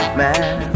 man